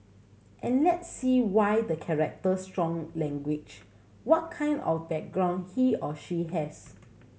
and let's see why the character strong language what kind of background he or she has